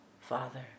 father